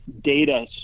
data